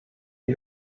die